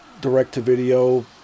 direct-to-video